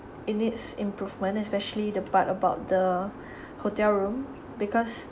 it needs improvement especially the part about the hotel room because